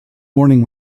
morning